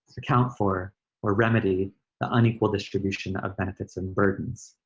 account for or remedy the unequal distribution of benefits and burdens.